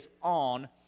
on